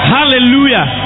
Hallelujah